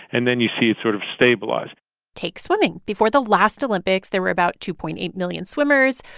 and then you see it sort of stabilize take swimming. before the last olympics, there were about two point eight million swimmers.